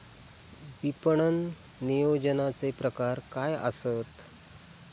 विपणन नियोजनाचे प्रकार काय आसत?